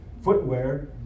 footwear